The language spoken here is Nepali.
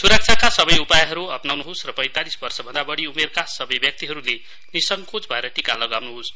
सुरक्षाका सबै उपायहरु अप्राउनुहोस र पैंतालिस वर्षभन्दा बढ्री उमेरका सबै व्यक्तिहरुले निसङ्कोच भएर टीका लगाउनुहोस